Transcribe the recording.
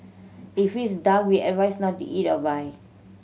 if it's dark we advise not to eat or buy